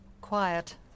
Quiet